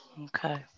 Okay